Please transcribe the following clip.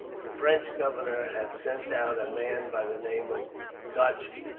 the french governor had sent out a man by the name of godchen,